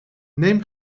neem